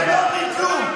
ואתם לא אומרים כלום.